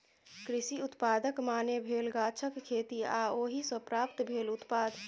कृषि उत्पादक माने भेल गाछक खेती आ ओहि सँ प्राप्त भेल उत्पाद